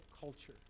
culture